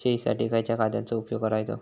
शेळीसाठी खयच्या खाद्यांचो उपयोग करायचो?